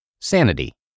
Sanity